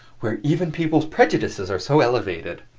where even people's prejudices are so elevated!